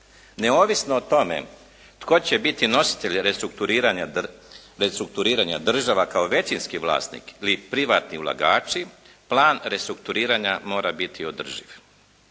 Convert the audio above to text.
Neovisno o tome tko će biti nositelji restrukturiranja, država kao većinski vlasnik ili privatni ulagači, plan restrukturiranja mora biti održiv.